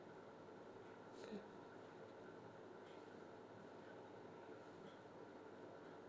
mm